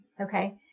Okay